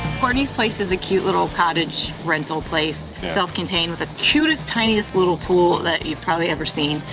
courtney's place is a cute little cottage rental place, self-contained with the cutest, tiniest little pool that you've probably ever seen,